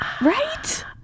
right